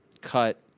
cut